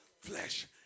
flesh